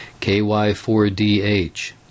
KY4DH